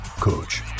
coach